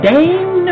Dame